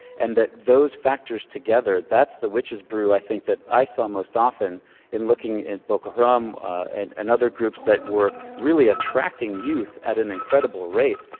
and that those factors together, that's the witches brew i think that i saw most often in looking at boko haram and and other groups that were really attracting youth at an incredible rate,